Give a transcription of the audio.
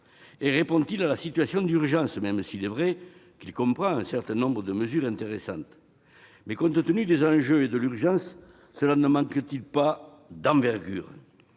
? Répond-il à la situation d'urgence ? Même s'il est vrai qu'il comprend un certain nombre de mesures intéressantes, compte tenu des enjeux et de l'urgence, ne manquerait-il pas d'envergure ?